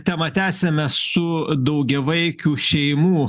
temą tęsiame su daugiavaikių šeimų